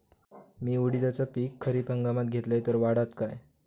मी उडीदाचा पीक खरीप हंगामात घेतलय तर वाढात काय?